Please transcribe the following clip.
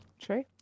True